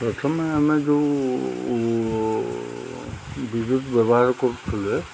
ପ୍ରଥମେ ଆମେ ଯେଉଁ ବିଦ୍ୟୁତ ବ୍ୟବହାର କରୁୁଥିଲେ